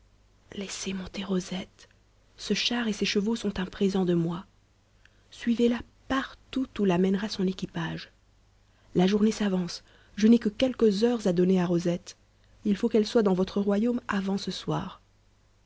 laissez monter rosette ce char et ces chevaux sont un présent de moi suivez la partout où la mènera son équipage la journée s'avance je n'ai que quelques heures à donner à rosette il faut qu'elle soit dans votre royaume avant ce soir